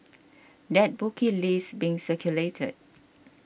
that bookie list being circulated